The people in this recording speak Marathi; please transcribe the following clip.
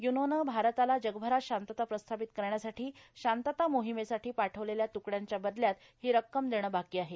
यूनोनं भारताला जगभरात शांतता प्रस्थापित करण्यासाठी शांतता मोहिमेसाठी पाठवलेल्या त्कड्यांच्या बदल्यात ही रक्कम देणं बाकी आहे